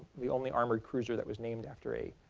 the only armored cruiser that was named after a